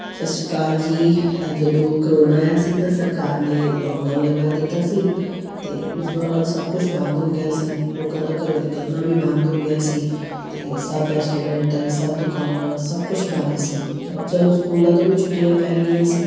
ਸਤਿ ਸ਼੍ਰੀ ਅਕਾਲ ਜੀ ਜਦੋਂ ਕਰੋਨਾ ਆਇਆ ਸੀ ਤਾਂ ਸਰਕਾਰ ਨੇ ਲੋਕਡਾਊਨ ਲਗਾ ਦਿੱਤਾ ਸੀ ਅਤੇ ਉਸ ਦੌਰਾਨ ਸਭ ਕੁਛ ਬੰਦ ਹੋ ਗਿਆ ਸੀ ਲੋਕਾਂ ਦਾ ਘਰੋਂ ਨਿਕਲਣਾ ਵੀ ਬੰਦ ਹੋ ਗਿਆ ਸੀ ਅਤੇ ਸਭ ਰੈਸਟੋਰੈਂਟ ਸਭ ਦੁਕਾਨਾਂ ਸਭ ਕੁਛ ਬੰਦ ਸੀ ਬੱਚਿਆਂ ਨੂੰ ਸਕੂਲ ਤੋਂ ਵੀ ਛੁੱਟੀਆਂ ਪੈ ਗਈਆਂ ਸੀ